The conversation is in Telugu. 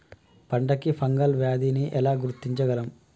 పంట కి ఫంగల్ వ్యాధి ని ఎలా గుర్తించగలం?